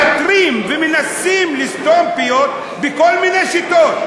מאתרים ומנסים לסתום פיות בכל מיני שיטות.